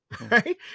right